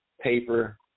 paper